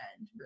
end